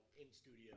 in-studio